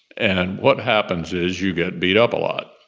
and what happens is you get beat up a lot.